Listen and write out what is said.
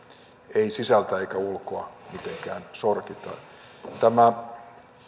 ei sisältä eikä ulkoa mitenkään sorkita tämä